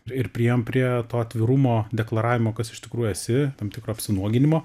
ir priėjom prie to atvirumo deklaravimo kas iš tikrųjų esi tam tikro apsinuoginimo